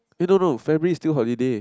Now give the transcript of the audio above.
eh no no February is still holiday